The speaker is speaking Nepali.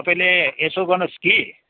तपाईँले यसो गर्नुस् कि